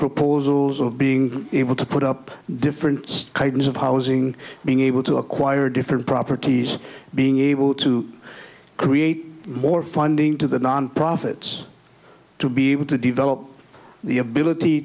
proposals of being able to put up different kinds of housing being able to acquire different properties being able to create more funding to the non profits to be able to develop the ability